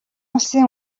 улсын